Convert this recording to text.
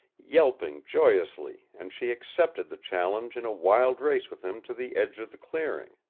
yelping joyously, and she accepted the challenge in a wild race with him to the edge of the clearing.